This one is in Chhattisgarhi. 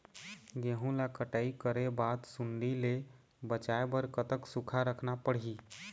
गेहूं ला कटाई करे बाद सुण्डी ले बचाए बर कतक सूखा रखना पड़ही?